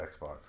Xbox